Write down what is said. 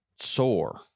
sore